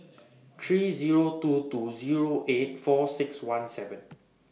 three Zero two two Zero eight four six one seven